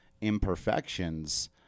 imperfections